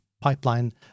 pipeline